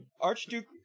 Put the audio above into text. Archduke